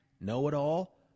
know-it-all